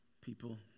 people